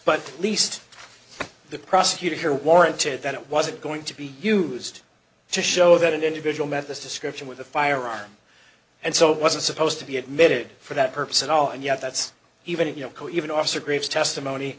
but at least the prosecutor here warranted that it wasn't going to be used to show that an individual met this description with a firearm and so it wasn't supposed to be admitted for that purpose at all and yet that's even if you know even officer graves testimony